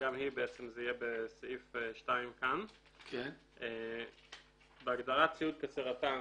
בעצם זה יהיה בסעיף 2. בהגדרת "ציוד קצה רט"ן",